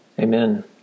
Amen